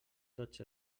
tots